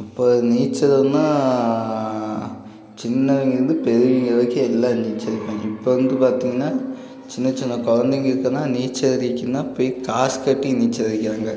அப்போ நீச்சல்னால் சின்னவங்கிருந்து பெரியவங்க வரைக்கும் எல்லாம் நீச்சல் அடிப்பாங்க இப்போ வந்து பார்த்தீங்கன்னா சின்ன சின்ன குழந்தைங்க இருக்குன்னால் நீச்சல் அடிக்குன்னா போய் காசு கட்டி நீச்சல் அடிக்கிறாங்க